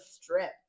strip